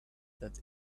that